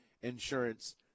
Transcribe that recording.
Insurance